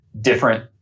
different